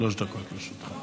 בבקשה, שלוש דקות לרשותך.